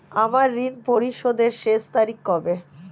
আমার ঋণ পরিশোধের শেষ তারিখ কবে?